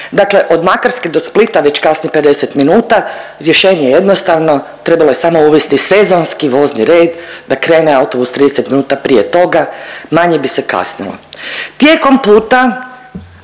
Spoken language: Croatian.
dakle od Makarske do Splita već kasni 50 minuta, rješenje je jednostavno, trebalo je samo uvesti sezonski vozni red da krene autobus 30 minuta prije toga, manje bi se kasnilo. Tijekom puta,